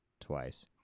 twice